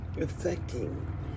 affecting